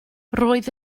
roedd